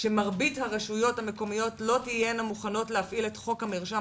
שמרבית הרשויות המקומיות לא תהינה מוכנות להפעיל את חוק המרשם